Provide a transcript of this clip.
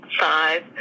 five